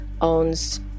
owns